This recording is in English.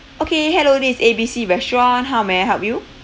okay hello this is A B C restaurant how may I help you